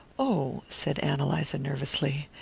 oh, said ann eliza nervously.